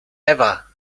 ewa